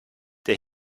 der